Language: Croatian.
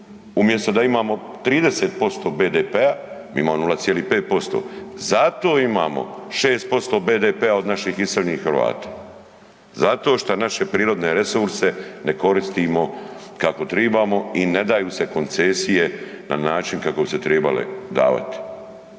umjesto da imamo 30% BDP-a, mi imamo 0,5%. zato imamo 6% BDP-a od naših iseljenih Hrvata. Zato šta naše prirodne resurse ne koristimo kako trebamo i ne daju se koncesije na način kako bi se trebale davat.